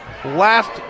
Last